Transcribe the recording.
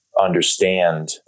understand